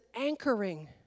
anchoring